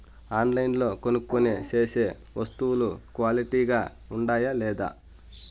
ఆన్లైన్లో కొనుక్కొనే సేసే వస్తువులు క్వాలిటీ గా ఉండాయా లేదా?